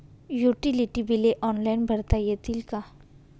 Utility बिले online भरता येतील का?